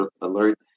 alert